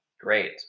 great